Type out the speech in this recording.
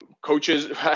coaches